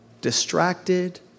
distracted